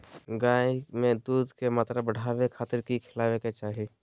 गाय में दूध के मात्रा बढ़ावे खातिर कि खिलावे के चाही?